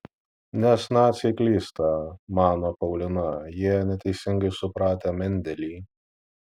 nes naciai klysta mano paulina jie neteisingai supratę mendelį